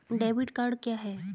Debit card क्या है?